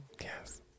Yes